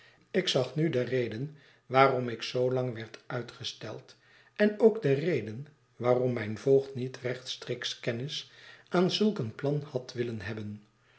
ik zag nu de reden waarom ik zoo lang werd uitgesteld en ook de reden waarom mijn voogd niet rechtstreeks kennis aan zulk een plan had willen hebben